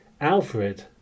Alfred